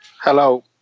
Hello